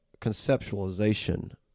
conceptualization